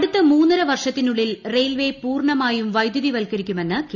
അടുത്ത മൂന്നര വർഷത്തിനുള്ളിൽ റെയിൽവേ പൂർണ്ണമായും വൈദ്യുതിവത്കരിക്കുമെന്ന് കേന്ദ്രം